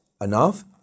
enough